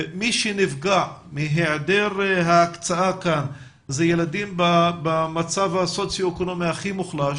מי שנפגע מהיעדר ההקצאה כאן הם ילדים במצב הסוציואקונומי הכי מוחלש,